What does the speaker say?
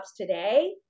today